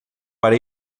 para